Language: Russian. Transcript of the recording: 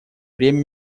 время